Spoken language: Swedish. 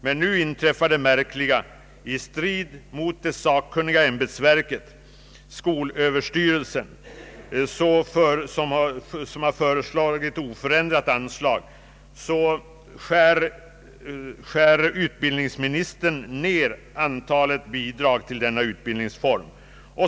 Men nu inträffar det märkliga att i strid mot det sakkunniga ämbetsverket, skolöverstyrelsen, som har föreslagit oförändrat anslag, skär utbildningsministern ner antalet bidrag till denna utbildningsform.